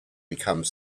become